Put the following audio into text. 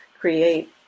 create